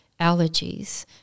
allergies